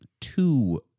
two